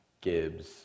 Gibbs